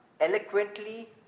eloquently